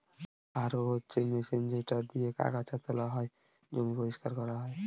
harrow হচ্ছে machine যেটা দিয়েক আগাছা তোলা হয়, জমি পরিষ্কার করানো হয়